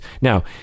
Now